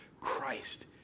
Christ